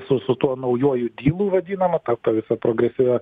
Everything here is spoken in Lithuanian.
su su tuo naujuoju dylu vadinama ta ta visa progresyvia